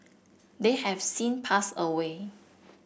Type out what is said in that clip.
they have since passed away